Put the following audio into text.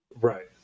Right